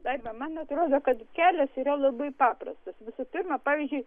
laima man atrodo kad kelias yra labai paprastas visų pirma pavyzdžiui